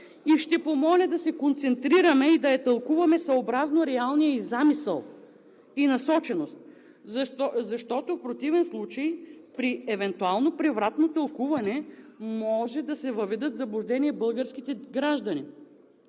Ще помоля да се концентрираме и да я тълкуваме съобразно реалния ѝ замисъл и насоченост. В противен случай при евентуално превратно тълкуване може да се въведат в заблуждение българските граждани.